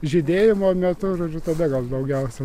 žydėjimo metu žodžiu tada gal daugiausiai